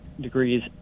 degrees